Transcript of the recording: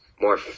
more